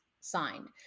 signed